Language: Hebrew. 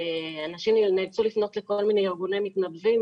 אנשים נאלצו לפנות לכל מיני ארגוני מתנדבים,